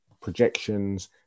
projections